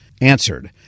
answered